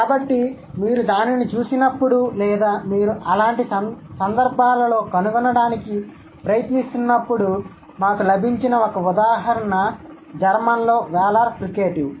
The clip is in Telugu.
కాబట్టి మీరు దానిని చూసినప్పుడు లేదా మీరు అలాంటి సందర్భాలలో కనుగొనడానికి ప్రయత్నిస్తున్నప్పుడు మాకు లభించిన ఒక ఉదాహరణ జర్మన్లో వేలార్ ఫ్రికేటివ్